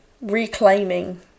reclaiming